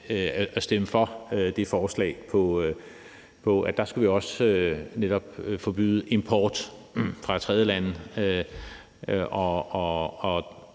at stemme for det forslag. Der skulle vi netop også forbyde import fra tredjelande, og